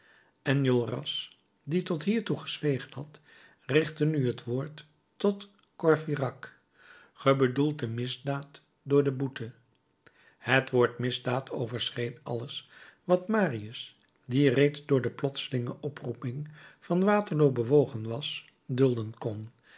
enjolras die tot hiertoe gezwegen had richtte nu het woord tot courfeyrac ge bedoelt de misdaad door de boete het woord misdaad overschreed alles wat marius die reeds door de plotselinge oproeping van waterloo bewogen was dulden kon